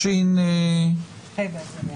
בקטין),